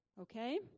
Okay